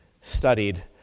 studied